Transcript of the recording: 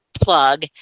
plug